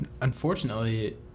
unfortunately